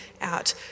out